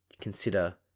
consider